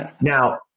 Now